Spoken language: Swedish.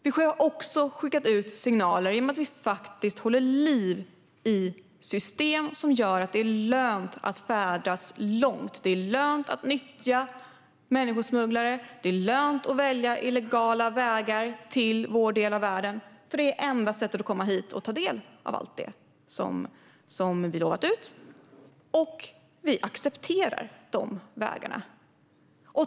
Vi har också skickat ut signaler genom att vi håller liv i system som gör att det är lönt att färdas långt, att nyttja människosmugglare och att välja illegala vägar till vår del av världen, vilket är det enda sättet att komma hit och ta del av allt vi lovat ut. Och vi accepterar de vägarna.